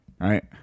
right